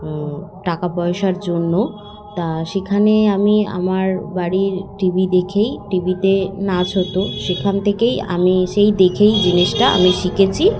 টাকা পয়সার জন্য তা সেখানে আমি আমার বাড়ির টিভি দেখেই টিভিতে নাচ হতো সেখান থেকেই আমি সেই দেখেই জিনিসটা আমি শিখেছি